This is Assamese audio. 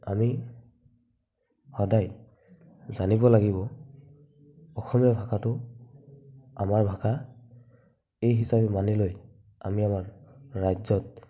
আমি সদাই জানিব লাগিব অসমীয়া ভাষাটো আমাৰ ভাষা এই হিচাপে মানি লৈ আমি আমাৰ ৰাজ্যত